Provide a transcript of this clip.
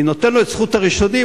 אני נותן לו את זכות הראשונים,